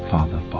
Father